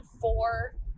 four